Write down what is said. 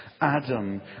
Adam